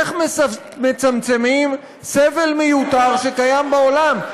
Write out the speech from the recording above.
איך מצמצמים סבל מיותר שקיים בעולם,